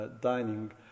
dining